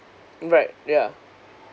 right yeah